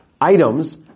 items